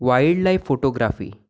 wild life photography